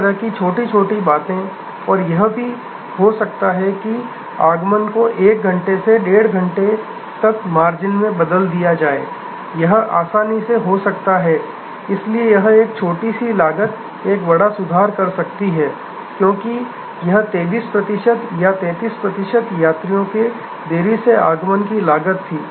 इस तरह की छोटी छोटी बातें और यह भी हो सकता है कि आगमन को 1 घंटे से डेढ़ घंटे तक मार्जिन में बदल दिया जाए यह आसानी से हो सकता है इसलिए यह एक छोटी सी लागत एक बड़ा सुधार कर सकती है क्योंकि यह 23 प्रतिशत या 33 प्रतिशत यात्रियों के देरी से आगमन की लागत थी